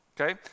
Okay